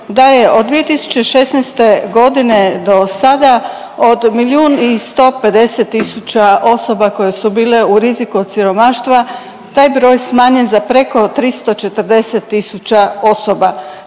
da je od 2016. godine do sada od milijun i 150 tisuća osoba koje su bile u riziku od siromaštva taj broj smanjen za preko 340 tisuća osoba